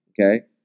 Okay